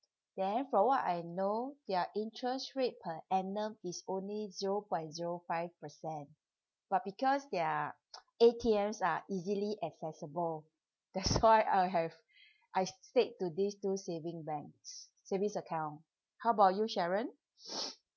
then from what I know their interest rate per annum is only zero point zero five percent but because their A_T_Ms are easily accessible that's why I have I stayed to these two saving banks savings account how about you sharon